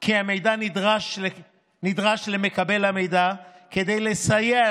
כי המידע נדרש למקבל המידע כדי לסייע